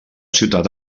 ciutat